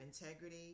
integrity